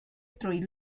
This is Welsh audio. drwy